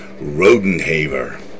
Rodenhaver